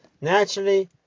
Naturally